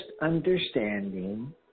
understanding